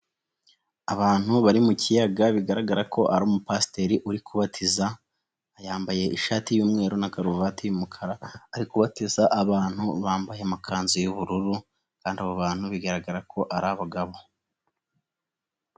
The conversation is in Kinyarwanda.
Abantu bari mu kiyaga bigaragara ko ari umupasiteri uri kubatiza, yambaye ishati y'umweru na karuvati y'umukara, ari kubatiza abantu bambaye amakanzu y'ubururu kandi abo bantu bigaragara ko ari abagabo.